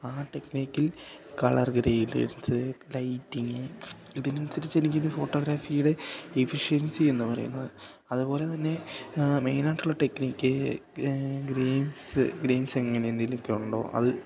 ആ ടെക്നിക്കിൽ colour grades lighting ഇതിനനുസരിച്ച് ഫോട്ടോഗ്രാഫിയുടെ എഫിഷ്യൻസി എന്നു പറയുന്നത് അതുപോലെ തന്നെ മെയിനായിട്ടുള്ള ടെക്നിക്ക് ഗ്രെയ്ന്സ് ഗ്രെയ്ന്സ് എങ്ങനെ എന്തേലൊക്കെ ഉണ്ടോ അത്